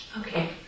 Okay